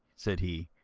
said he,